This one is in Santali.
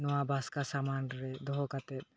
ᱱᱚᱣᱟ ᱵᱟᱥᱠᱟ ᱥᱟᱢᱟᱱ ᱨᱮ ᱫᱚᱦᱚ ᱠᱟᱛᱮ